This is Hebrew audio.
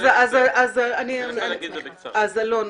אלון,